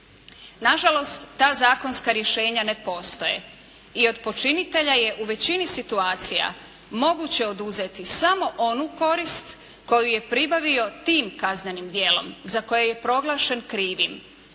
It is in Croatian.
Nažalost, ta zakonska rješenja ne postoje i od počinitelja je u većini situacija moguće oduzeti samo onu korist koju je pribavio tim kaznenim djelom za koje je proglašen krivim.